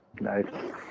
Nice